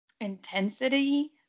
intensity